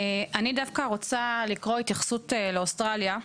אני דווקא רוצה לקרוא התייחסות לאוסטרליה,